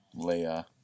Leia